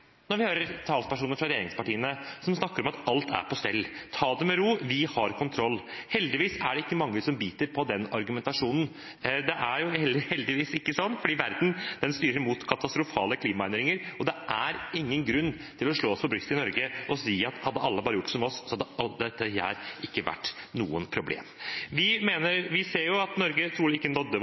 når vi hører talspersoner fra regjeringspartiene snakke om at alt er på stell: Ta det med ro! Vi har kontroll. Heldigvis er det ikke mange som biter på den argumentasjonen. Det er heldigvis ikke slik, for verden styrer mot katastrofale klimaendringer, og det er ingen grunn til å slå seg på brystet i Norge og si: Hadde alle bare gjort som oss, hadde alt dette ikke vært noe problem. Vi ser at Norge trolig ikke nådde